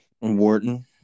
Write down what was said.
wharton